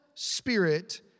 Spirit